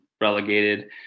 relegated